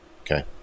Okay